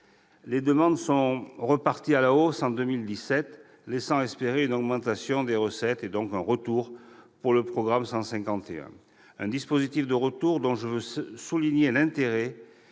Les demandes repartent à la hausse en 2017, laissant espérer une augmentation des recettes et donc un retour pour le programme 151. Un dispositif de retour dont je veux souligner l'intérêt,